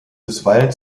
bisweilen